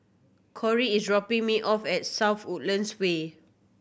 Kori is dropping me off at South Woodlands Way